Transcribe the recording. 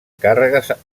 càrrega